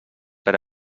per